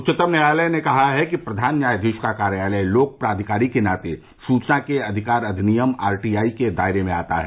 उच्चतम न्यायालय ने कहा है कि प्रधान न्यायाधीश का कार्यालय लोक प्राधिकारी के नाते सूचना के अधिकार अधिनियम आरटी आई के दायरे में आता है